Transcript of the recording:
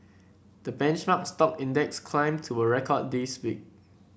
the benchmark stock index climbed to a record this week